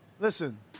Listen